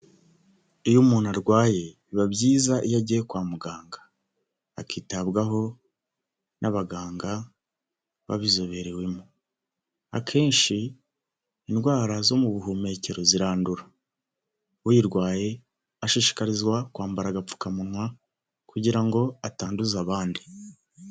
Iyo umuntu arwaye biba byiza iyo agiye kwa muganga akitabwaho n'abaganga babizoberewemo, akenshi indwara zo mu buhumekero zirandura, uyirwaye ashishikarizwa kwambara agapfukamunwa, kugira ngo atanduza abandi.